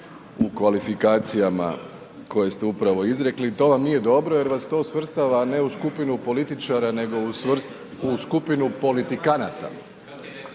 u kvalifikacijama, koje ste upravno izrekli, to vam nije dobro, jer vas to svrstava ne u skupinu političara, nego u skupinu politikanata.